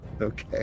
okay